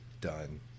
done